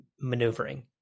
maneuvering